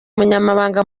umunyamabanga